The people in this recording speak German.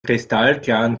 kristallklaren